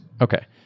Okay